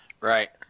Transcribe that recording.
Right